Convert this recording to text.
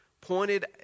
pointed